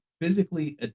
physically